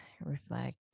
reflect